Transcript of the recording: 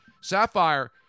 Sapphire